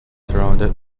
surrounded